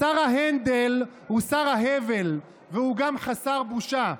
שר ההנדל הוא שר ההבל, והוא גם חסר בושה.